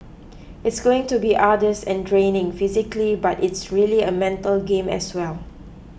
it's going to be arduous and draining physically but it's really a mental game as well